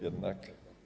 Jednak.